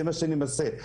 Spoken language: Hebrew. זה מה שאני אומר.